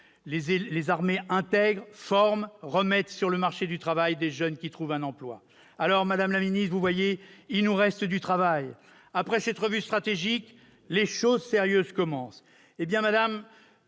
Les armées intègrent, forment et remettent sur le marché du travail des jeunes qui trouvent un emploi. Madame la ministre, vous le voyez, il nous reste du travail. Après cette revue stratégique, les choses sérieuses commencent. Vous pouvez